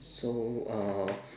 so uh